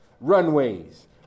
runways